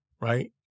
right